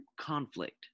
conflict